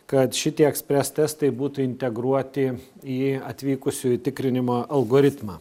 kad šitie express testai būtų integruoti į atvykusiųjų tikrinimo algoritmą